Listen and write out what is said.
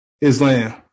Islam